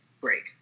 break